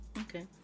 Okay